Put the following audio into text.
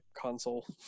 console